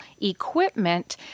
equipment